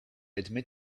admit